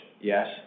Yes